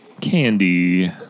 candy